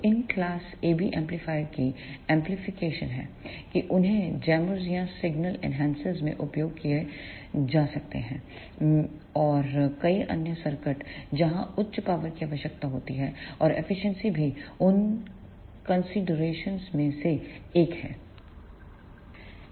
तो इन class AB एम्पलीफायरों की एप्लीकेशन है कि उन्हें जैमर या सिग्नल एनहांसर में उपयोग किए जा सकते हैं में और कई अन्य सर्किट जहां उच्च पावर की आवश्यकता होती है और एफिशिएंसी भी उन कंसीडरेशंस में से एक है